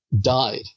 died